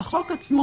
בחוק עצמו,